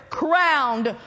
crowned